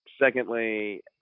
Secondly